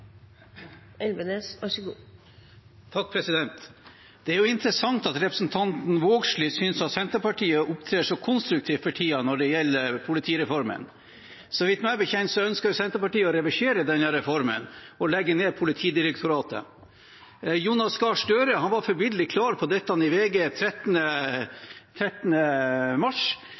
Vågslid synes at Senterpartiet opptrer så konstruktivt for tiden når det gjelder politireformen. Meg bekjent ønsker Senterpartiet å reversere denne reformen og legge ned Politidirektoratet. Jonas Gahr Støre var forbilledlig klar på dette i VG den 13. mars,